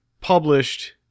published